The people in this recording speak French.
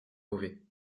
mauvais